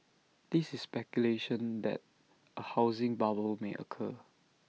there is speculation that A housing bubble may occur